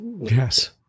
Yes